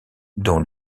dont